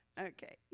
Okay